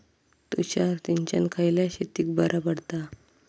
तुषार सिंचन खयल्या शेतीक बरा पडता?